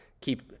keep